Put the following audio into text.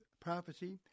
prophecy